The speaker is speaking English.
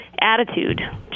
attitude